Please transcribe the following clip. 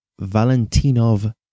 Valentinov